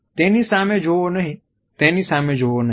Refer Time 2444 તેની સામે જોવો નહિ તેની સામે જોવો નહિ